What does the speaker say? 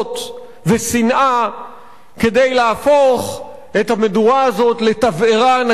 כדי להפוך את המדורה הזאת לתבערה ענקית שתכלה את כולנו.